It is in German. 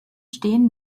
stehen